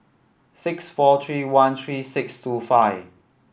six four three one three six two five